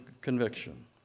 conviction